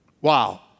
Wow